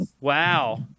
Wow